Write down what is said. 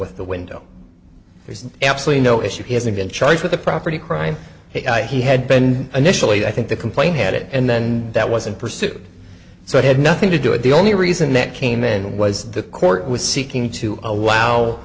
with the window there's absolutely no issue he hasn't been charged with the property crime he had been initially i think the complaint had it and then that wasn't pursued so it had nothing to do it the only reason that came in was the court was seeking to allow